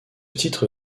titre